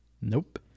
nope